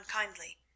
unkindly